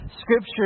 Scripture